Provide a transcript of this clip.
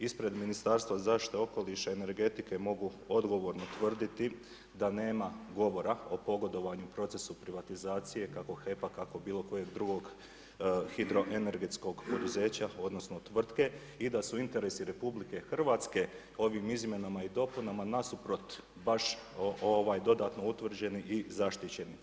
Ispred Ministarstva zaštite okoliša i energetike mogu odgovorno tvrditi da nema govora o pogodovanju procesu privatizacije kako HEP-a, kako bilo kojeg drugog hidroenergetskog poduzeća odnosno tvrtke i da su interesi RH ovim izmjenama i dopunama nasuprot baš dodatno utvrđeni i zaštićeni.